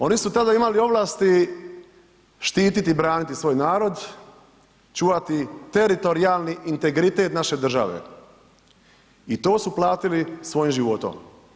Oni su tada imali ovlasti štititi i braniti svoj narod, čuvati teritorijalni integritet naše države i to su platili svojom životom.